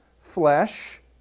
flesh